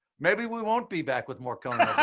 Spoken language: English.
maybe we won't be back with more conan